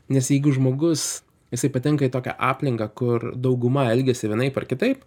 nes jeigu žmogus jisai patenka į tokią aplinką kur dauguma elgiasi vienaip ar kitaip